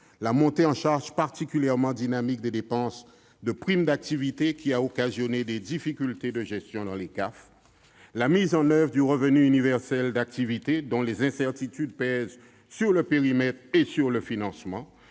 la montée en charge particulièrement dynamique des dépenses de prime d'activité, qui a occasionné des difficultés de gestion dans les CAF, la mise en oeuvre du revenu universel d'activité, dont le périmètre et le financement